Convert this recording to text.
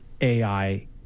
AI